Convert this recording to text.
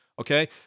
Okay